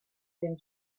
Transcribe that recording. been